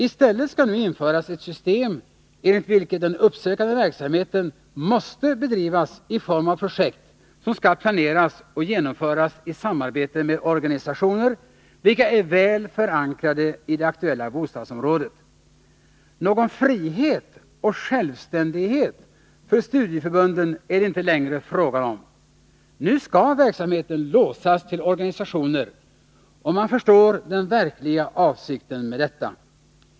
I stället skall nu införas ett system enligt vilket den uppsökande verksamheten måste bedrivas i form av projekt, som skall planeras och genomföras i samarbete med organisationer, som är väl förankrade i det aktuella bostadsområdet. Någon frihet och självständighet för studieförbunden är det inte längre fråga om. Nu skall verksamheten låsas till organisationer, och man förstår den verkliga avsikten med detta.